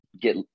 get